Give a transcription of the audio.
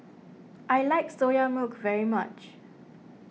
I like Soya Milk very much